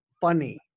funny